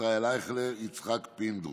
ישראל אייכלר, יצחק פינדרוס,